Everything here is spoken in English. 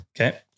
Okay